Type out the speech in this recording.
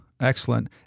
Excellent